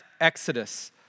exodus